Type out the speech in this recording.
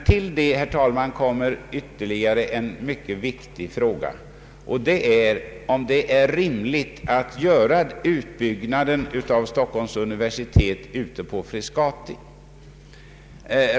Till detta kommer, herr talman, ytterligare en mycket viktig fråga, nämligen om det är rimligt att genomföra en utbyggnad av Stockholms universitet vid Frescati.